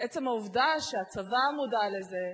עצם העובדה שהצבא מודע לזה,